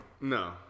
No